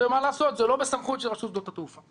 מה לעשות, זה לא בסמכות רשות שדות התעופה,